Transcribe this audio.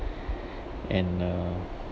and uh